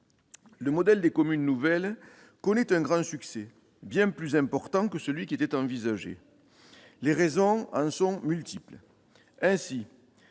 Le modèle des communes nouvelles connaît un grand succès, bien plus important que celui qui était envisagé à l'origine. Les raisons en sont multiples.